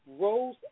rose